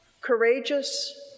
courageous